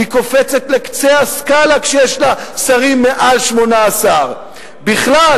היא קופצת לקצה הסקאלה" כשיש לה שרים מעל 18. בכלל,